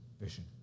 vision